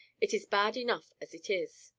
it is bad enough as it is.